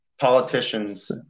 Politicians